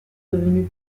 devenues